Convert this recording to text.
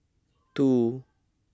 two